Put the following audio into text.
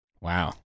Wow